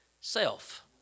self